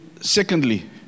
secondly